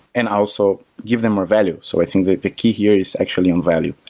and also give them more value. so i think that the key here is actually on value.